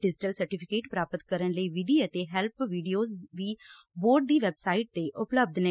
digital certificate ਪ੍ਰਾਪਤ ਕਰਨ ਲਈ ਵਿਧੀ ਅਤੇ ਹੈਲਪ ਵੀਡੀਓਜ਼ ਵੀ ਬੋਰਡ ਦੀ ਵੈਬਸਾਈਟ ਤੇ ਉਪਲੱਬਧ ਨੇ